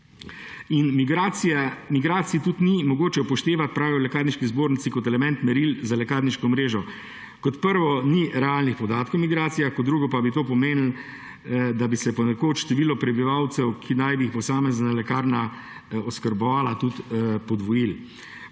In migracij tudi ni in mogoče upoštevati, pravijo v Lekarniški zbornici, kot element meril za lekarniško mrežo. Kot prvo ni realnih podatkov o migracijah, kot drugo pa bi to pomenilo, da bi se ponekod število prebivalcev, ki naj bi jih posamezna lekarna oskrbovala, tudi podvojilo.